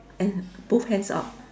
and both hands up